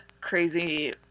crazy